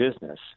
business